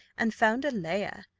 and found a lair,